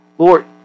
Lord